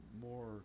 more